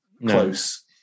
close